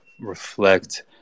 reflect